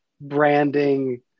branding